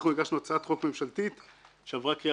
אנחנו הגשנו הצעת חוק ממשלתית שעברה קריאה